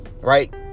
right